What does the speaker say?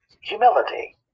humility